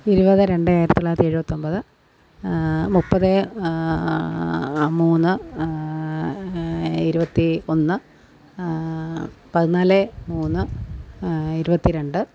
ഇരുപത് രണ്ട് ആയിരത്തി തൊള്ളായിരത്തി എഴുപത്തി ഒമ്പത് മുപ്പത് മൂന്ന് ഇരുപത്തി ഒന്ന് പതിനാല് മുന്ന് ഇരുപത്തി രണ്ട്